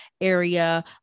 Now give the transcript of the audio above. Area